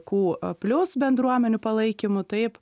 q e plius bendruomenių palaikymu taip